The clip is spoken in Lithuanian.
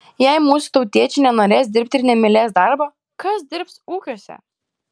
jei mūsų tautiečiai nenorės dirbti ir nemylės darbo kas dirbs ūkiuose